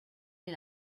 est